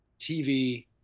TV